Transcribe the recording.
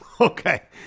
Okay